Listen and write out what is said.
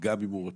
גם אם הוא רוצה,